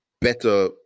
better